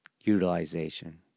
utilization